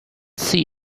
see